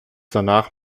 danach